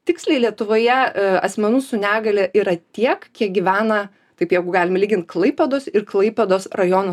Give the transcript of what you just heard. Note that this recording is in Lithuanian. tiksliai lietuvoje asmenų su negalia yra tiek kiek gyvena taip jeigu galime lygint klaipėdos ir klaipėdos rajono